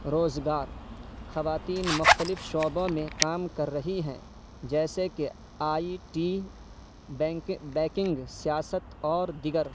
روزگار خواتین مختلف شعبوں میں کام کر رہی ہیں جیسے کہ آئی ٹی بینک بیکنگ سیاست اور دیگر